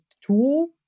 tool